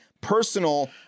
personal